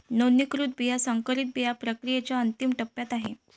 नोंदणीकृत बिया संकरित बिया प्रक्रियेच्या अंतिम टप्प्यात आहेत